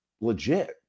legit